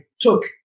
took